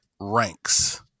ranks